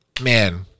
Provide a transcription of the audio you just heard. man